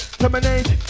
terminate